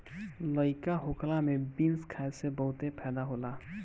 लइका होखला में बीन्स खाए से बहुते फायदा होला